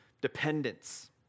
dependence